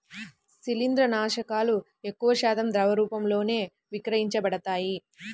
శిలీంద్రనాశకాలు ఎక్కువశాతం ద్రవ రూపంలోనే విక్రయించబడతాయి